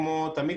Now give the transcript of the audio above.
כמו תמיד,